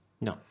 No